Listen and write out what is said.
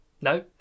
No